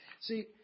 See